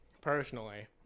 personally